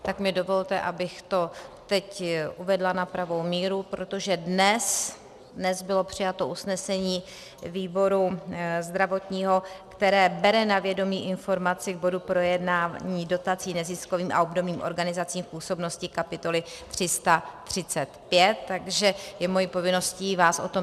Tak mi dovolte, abych to teď uvedla na pravou míru, protože dnes bylo přijato usnesení výboru zdravotního, které bere na vědomí informaci k bodu projednání dotací neziskovým a obdobným organizacím v působnosti kapitoly 335, takže je mou povinností vás o tom informovat.